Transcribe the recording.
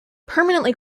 permanently